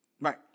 Right